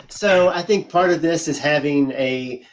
so i think part of this is having a.